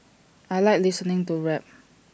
I Like listening to rap